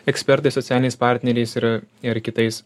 ekspertais socialiniais partneriais ir ir kitais